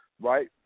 right